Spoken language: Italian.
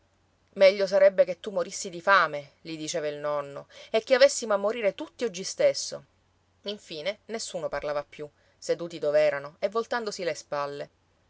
meglio sarebbe che tu morissi di fame gli diceva il nonno e che avessimo a morire tutti oggi stesso infine nessuno parlava più seduti dov'erano e voltandosi le spalle